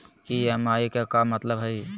EMI के का मतलब हई?